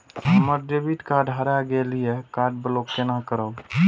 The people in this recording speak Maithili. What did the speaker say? हमर डेबिट कार्ड हरा गेल ये कार्ड ब्लॉक केना करब?